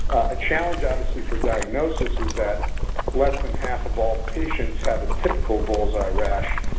a challenge, obviously, for diagnosis is that less than half of all patients have a typical bullseye rash,